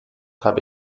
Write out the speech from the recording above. habe